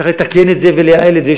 צריך לתקן את זה ולייעל את זה.